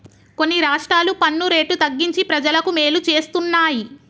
కొన్ని రాష్ట్రాలు పన్ను రేటు తగ్గించి ప్రజలకు మేలు చేస్తున్నాయి